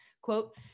quote